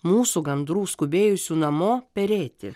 mūsų gandrų skubėjusių namo perėti